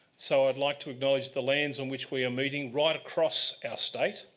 so i would like to acknowledge the lands on which we are meeting right across our state,